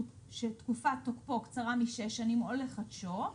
שתקופת תוקפו קצרה משש שנים או לחדשו",